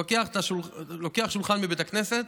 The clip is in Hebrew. לוקח שולחן מבית הכנסת,